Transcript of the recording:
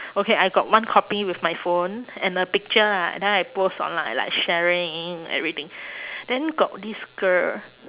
okay I got one copy with my phone and the picture ah then I post online like sharing everything then got this girl